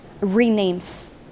renames